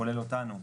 כולל אותנו,